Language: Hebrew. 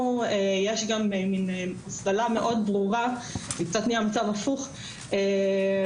הוא תמיד מצביע על התוצאות של הבחינות